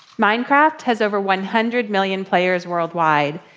minecraft has over one hundred million players worldwide.